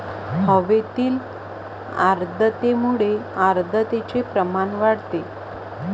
हवेतील आर्द्रतेमुळे आर्द्रतेचे प्रमाण वाढते